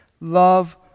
love